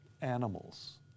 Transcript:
animals